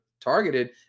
targeted